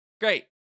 Great